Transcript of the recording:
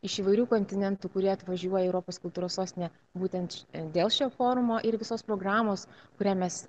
iš įvairių kontinentų kurie atvažiuoja į europos kultūros sostinę būtent dėl šio forumo ir visos programos kurią mes